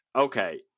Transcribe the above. Okay